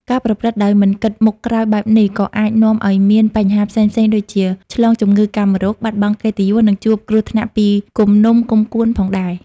ការប្រព្រឹត្តដោយមិនគិតមុខក្រោយបែបនេះ ក៏អាចនាំឲ្យមានបញ្ហាផ្សេងៗដូចជា ឆ្លងជំងឺកាមរោគ បាត់បង់កិត្តិយស និងជួបគ្រោះថ្នាក់ពីគំនុំគុំកួនផងដែរ។